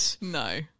No